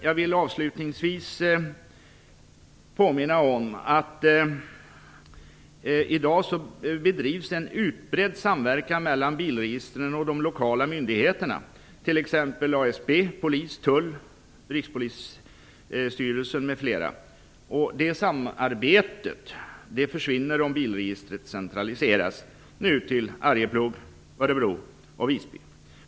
Jag vill avslutningsvis påminna om att det i dag bedrivs en utbredd samverkan mellan bilregistren och de lokala myndigheterna, t.ex. ASB, polis, tull m.fl. Det samarbetet försvinner om bilregistret nu centraliseras till Arjeplog, Örebro och Visby.